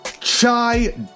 Chai